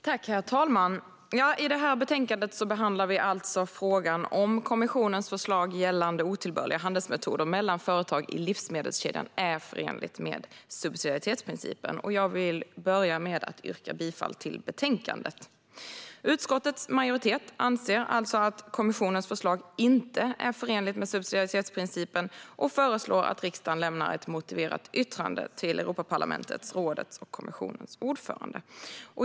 Herr talman! I det här betänkandet behandlar vi frågan om kommissionens förslag gällande otillbörliga handelsmetoder mellan företag i livsmedelskedjan är förenligt med subsidiaritetsprincipen. Jag vill börja med att yrka bifall till utskottets förslag i betänkandet. Utskottets majoritet anser att kommissionens förslag inte är förenligt med subsidiaritetsprincipen och föreslår att riksdagen lämnar ett motiverat yttrande till Europaparlamentets, rådets och kommissionens ordförande.